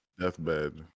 deathbed